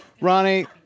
Ronnie